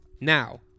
Now